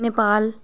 Nepal